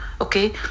Okay